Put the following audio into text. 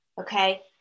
Okay